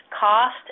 cost